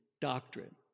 doctrine